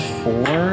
four